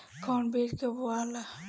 कौन बीज कब बोआला?